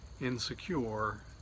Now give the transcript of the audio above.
insecure